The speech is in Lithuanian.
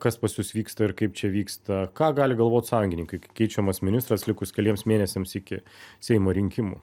kas pas jus vyksta ir kaip čia vyksta ką gali galvot sąjungininkaikai keičiamas ministras likus keliems mėnesiams iki seimo rinkimų